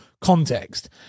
context